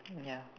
ya